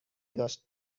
داشت